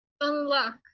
unlock